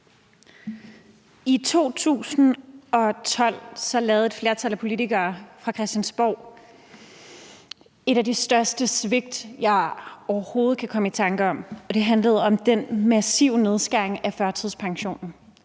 I 2012 lavede et flertal af politikerne på Christiansborg et af de største svigt, jeg overhovedet kan komme i tanke om. Det handlede om den massive nedskæring af førtidspensionen.